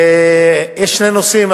יש שני נושאים,